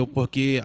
Porque